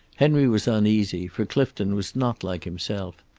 henry was uneasy, for clifton was not like himself.